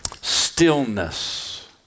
Stillness